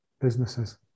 businesses